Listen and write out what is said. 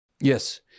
Yes